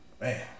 man